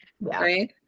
right